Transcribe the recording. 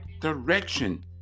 direction